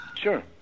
Sure